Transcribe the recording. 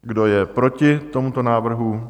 Kdo je proti tomuto návrhu?